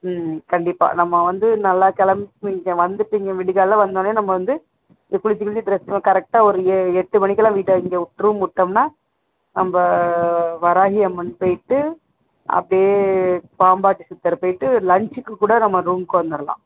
ம் ம் கண்டிப்பாக நம்ம வந்து நல்லா கிளம்பி இங்கே வந்துட்டு இங்கே விடியகாலம் வந்தொவுன்னே நம்ம வந்து இங்கே குளிச்சு கிளிச்சு டிரெஸ்யெலாம் கரெக்டாக ஒரு ஏழ் எட்டு மணிக்கெலாம் வீட்டை இங்கே ரூம் விட்டோம்னா நம்ம வராஹி அம்மன் போய்விட்டு அப்படியே பாம்பாட்டி சித்தரை போய்விட்டு லஞ்சுக்கு கூட நம்ம ரூமுக்கு வந்துடலாம்